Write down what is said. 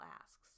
asks